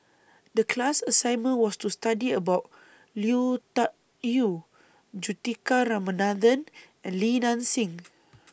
The class assignment was to study about Liu Tuck Yew Juthika Ramanathan and Li Nanxing